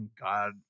God